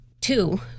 two